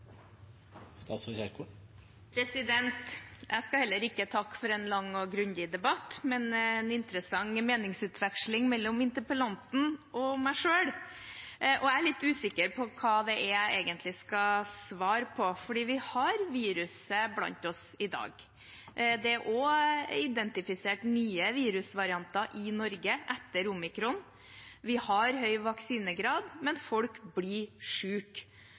Jeg skal heller ikke takke for en lang og grundig debatt, men for en interessant meningsutveksling mellom interpellanten og meg selv. Jeg er usikker på hva det er jeg egentlig skal svare på, for vi har viruset blant oss i dag. Det er også identifisert nye virusvarianter i Norge etter omikron. Vi har høy vaksinegrad, men folk blir